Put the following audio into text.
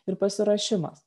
ir pasiruošimas